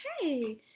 hey